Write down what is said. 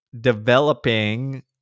developing